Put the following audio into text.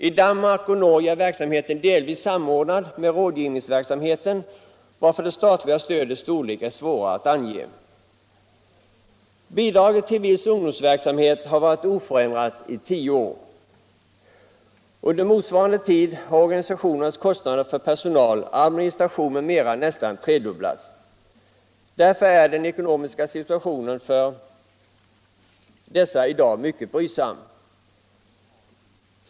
I Danmark och Norge är verksamheten delvis samordnad med rådgivningsverksamheten, varför det statliga stödets storlek är svårare att ange. Bidraget till viss ungdomsverksamhet har varit oförändrat i tio år. Under motsvarande tid har organisationernas kostnader för personal, administration m.m. nästan tredubblats. Därför är den ekonomiska situationen för dessa i dag mycket brydsam.